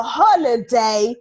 holiday